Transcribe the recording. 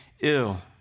ill